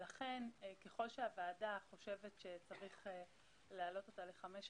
ככל שהוועדה חושבת שצריך להעלות אותה לחמש שנים,